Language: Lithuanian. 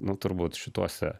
nu turbūt šituose